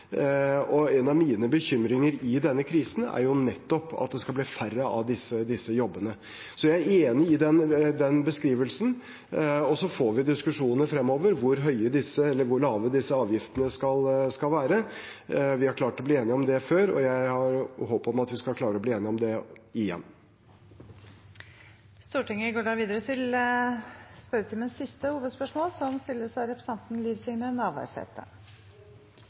skal bli færre av disse jobbene, jeg er enig i den beskrivelsen. Så får vi diskusjoner fremover om hvor høye eller lave disse avgiftene skal være. Vi har klart å bli enige om det før, jeg har håp om at vi skal klare å bli enige om det igjen. Vi går videre til siste hovedspørsmål. Mitt spørsmål går til forsvarsministeren. NATO har investert store midlar i flybasen på Andøya. NATOs inspeksjonsteam, som